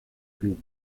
clubes